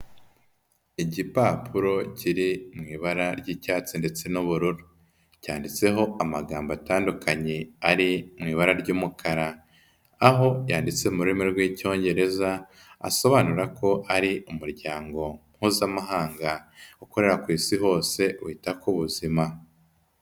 Igipapuro kiri mu ibara ry'icyatsi ndetse n'ubururu, cyanditseho amagambo atandukanye ari mu ibara ry'umukara, aho yanditse mu rurimi rw'Icyongereza asobanura ko ari Umuryango Mpuzamahanga ukorera ku Isi hose wita ku buzima.